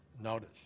Notice